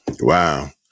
wow